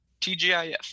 TGIF